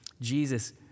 Jesus